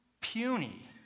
puny